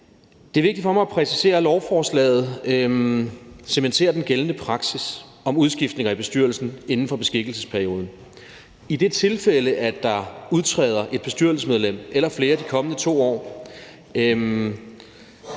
Det er vigtigt for mig at præcisere, at lovforslaget cementerer den gældende praksis om udskiftninger i bestyrelsen inden for beskikkelsesperioden. I det tilfælde, at der udtræder et bestyrelsesmedlem eller flere i de kommende 2 år,